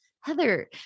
Heather